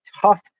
tough